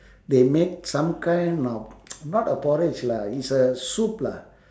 they make some kind of not a porridge lah it's a soup lah